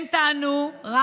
הם טענו, מי אמר את זה?